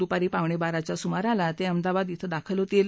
दुपारी पावणे बाराच्या सुमाराला ते अहमदाबाद कं दाखल होतील